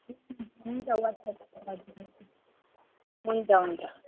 ए हुन्छ वाट्सएपबाट गरिदिनु होस् न हुन्छ हुन्छ